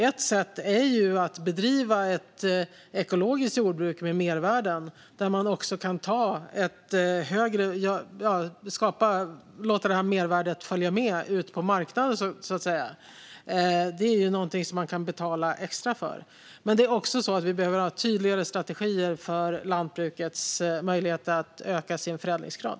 Ett sätt är att bedriva ett ekologiskt jordbruk med mervärden där mervärdena följer med ut på marknaden. Det är någonting som man kan betala extra för. Vi behöver också ha tydligare strategier för lantbrukets möjlighet att öka sin förädlingsgrad.